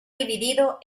dividido